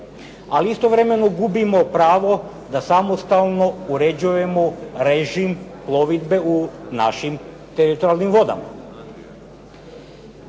Ali istovremeno gubimo pravo da samostalno uređujemo režim plovidbe u našim teritorijalnim vodama.